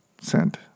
sent